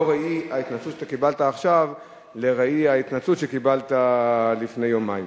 לא ראי ההתנצלות שקיבלת עכשיו כראי ההתנצלות שקיבלת לפני יומיים.